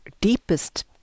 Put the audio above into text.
deepest